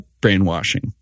brainwashing